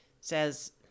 says